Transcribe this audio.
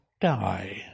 die